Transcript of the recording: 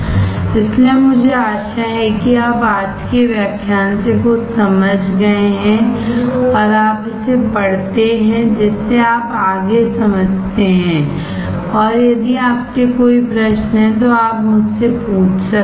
इसलिए मुझे आशा है कि आप आज के व्याख्यान से कुछ समझ गए हैं और आप इसे पढ़ते हैं जिससे आप आगे समझते हैं और यदि आपके कोई प्रश्न हैं तो आप मुझसे पूछ सकते हैं